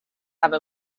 have